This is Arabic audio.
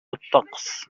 الطقس